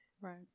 Right